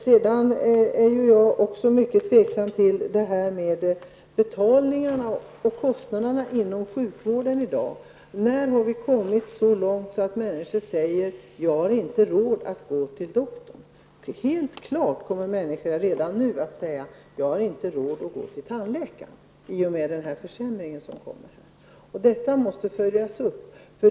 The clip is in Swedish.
Sedan är jag mycket tveksam till kostnaderna för att anlita sjukvården i dag. Nu har det gått så långt att människor säger att de inte har råd att gå till doktorn. Helt klart är att människor redan nu kommer att säga: Jag har inte råd att gå till tandläkaren, i och med den försämring som nu sker. Detta måste följas upp.